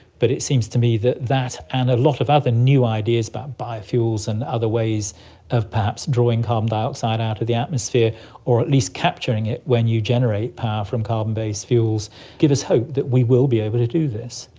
but it seems to me that that and a lot of other new ideas about biofuels and other ways of perhaps drawing carbon dioxide out of the atmosphere or at least capturing it when you generate power from carbon-based fuels give us hope that we will be able to do this.